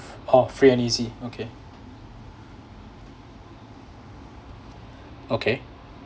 orh free and easy okay okay